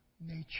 nature